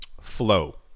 Flow